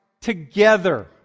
together